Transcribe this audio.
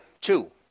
two